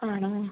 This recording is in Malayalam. ആണോ